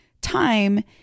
time